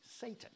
Satan